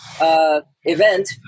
event